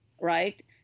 Right